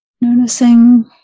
noticing